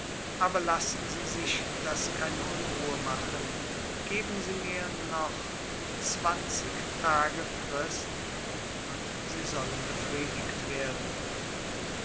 aber lassen sie sich das keine unruhe machen geben sie mir nur noch zwanzig tage frist und sie sollen befriedigt werden